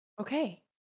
Okay